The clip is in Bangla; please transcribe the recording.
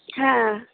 হ্যাঁ